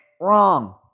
wrong